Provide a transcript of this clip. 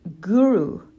Guru